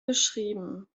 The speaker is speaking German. beschrieben